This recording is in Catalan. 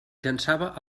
llançava